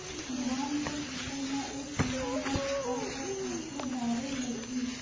धान के फसल म एक एकड़ म का का खातु डारेल लगही?